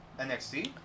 NXT